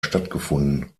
stattgefunden